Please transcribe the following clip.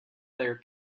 their